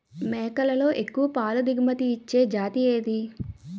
మేకలలో ఎక్కువ పాల దిగుమతి ఇచ్చే జతి ఏది?